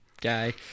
guy